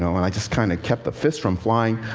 know, and i just kind of kept the fists from flying.